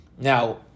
Now